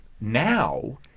now